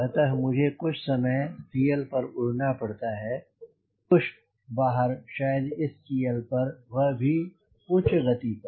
अतः मुझे कुछ समय CL पर उड़ना पड़ता है कुछ बाहर शायद इस CLपर वह भी उच्च गति पर